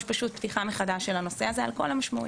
פתיחה מחדש של הנושא על כל המשמעויות.